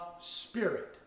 Spirit